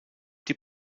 die